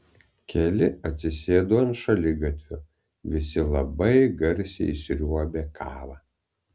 keli atsisėdo ant šaligatvio visi labai garsiai sriuobė kavą